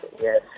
Yes